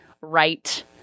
right